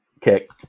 Kick